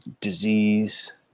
disease